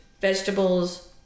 vegetables